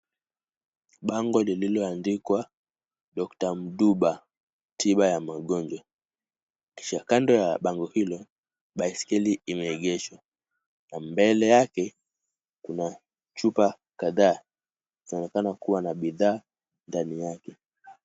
Bango lililoandikwa doctor Mduba, tiba ya magonjwa. Kisha kando ya bango hilo, baiskeli imeegeshwa na mbele yake kuna chupa kadhaa zaonekana kuwa na bidhaa ndani yake.